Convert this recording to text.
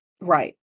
right